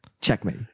Checkmate